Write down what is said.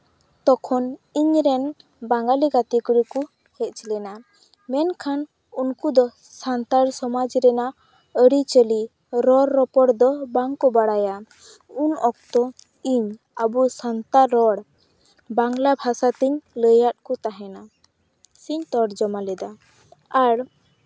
ᱛᱚᱠᱷᱚᱱ ᱤᱧ ᱨᱮᱱ ᱵᱟᱸᱜᱟᱞᱤ ᱜᱟᱛᱮ ᱠᱩᱲᱤ ᱠᱚ ᱦᱮᱡ ᱞᱮᱱᱟ ᱢᱮᱱᱠᱷᱟᱱ ᱩᱱᱠᱩ ᱫᱚ ᱥᱟᱱᱛᱟᱲ ᱥᱚᱢᱟᱡᱽ ᱨᱮᱱᱟᱜ ᱟᱹᱨᱤᱪᱟᱹᱞᱤ ᱨᱚᱲᱼᱨᱚᱯᱚᱲ ᱫᱚ ᱵᱟᱝ ᱠᱚ ᱵᱟᱲᱟᱭᱟ ᱩᱱ ᱚᱠᱛᱚ ᱤᱧ ᱟᱵᱚ ᱥᱟᱱᱛᱟᱲ ᱨᱚᱲ ᱵᱟᱝᱞᱟ ᱵᱷᱟᱥᱟ ᱛᱤᱧ ᱞᱟᱹᱭᱟᱫ ᱠᱚ ᱛᱟᱦᱮᱱᱟ ᱥᱮᱧ ᱛᱚᱨᱡᱚᱢᱟ ᱞᱮᱫᱟ ᱟᱨ